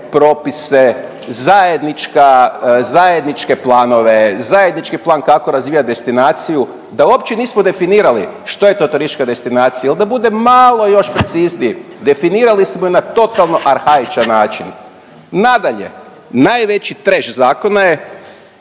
zajednička, zajedničke planove, zajednički plan kako razvijat destinaciju da uopće nismo definirali što je to turistička destinacija jel da budem još malo precizniji, definirali smo ju na totalno arhaičan način. Nadalje, najveći treš zakona je